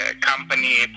company